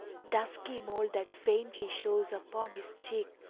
the dusky mole that faintly shows upon his cheek,